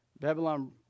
Babylon